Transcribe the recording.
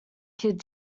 kid